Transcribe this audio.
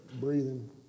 breathing